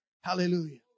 Hallelujah